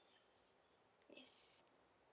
yes